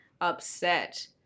upset